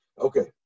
Okay